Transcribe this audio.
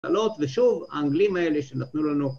‫תלות, ושוב, ‫האנגלים האלה שנתנו לנו.